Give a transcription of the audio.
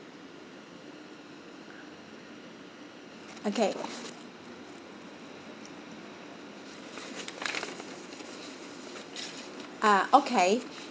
okay ah okay